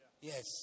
Yes